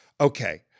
okay